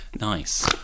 Nice